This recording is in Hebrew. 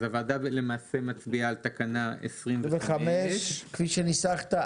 אז הוועדה למעשה מצביעה על תקנה 25. כפי שניסחת,